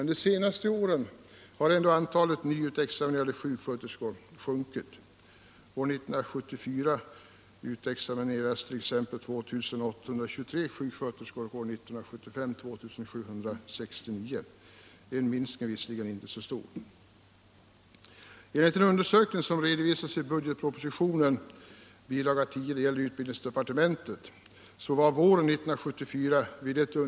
De senaste åren har antalet utexaminerade sjuksköterskor sjunkit. År 1974 utexaminerades sålunda 2 823 sjuksköterskor, och år 1975 var antalet 2 769.